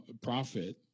profit